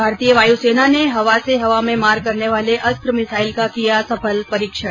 भारतीय वायुसेना ने हवा से हवा में मार करने वाली अस्त्र मिसाइल का किया सफल परीक्षण